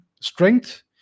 strength